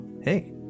Hey